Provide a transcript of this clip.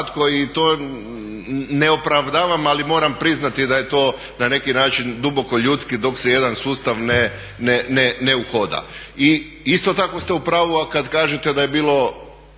I isto tako ste u pravu kad kažete da je bilo